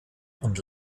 und